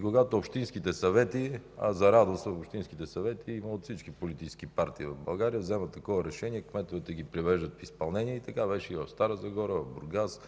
Когато общинските съвети – а за радост в тях има от всички политически партии в България, взимат такова решение, кметовете ги привеждат в изпълнение. Така беше в Стара Загора, в Бургас,